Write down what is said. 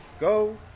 go